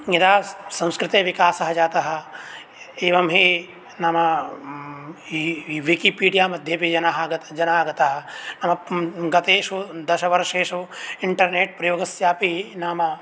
यदा संस्कृते विकासः जातः एवं हि नाम विकीपीडिया मध्ये अपि जनाः आगताः नाम गतेषु दशवर्षेषु इण्टर्नेट् प्रयोगस्यापि नाम